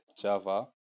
Java